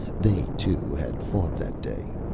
they, too, had fought that day.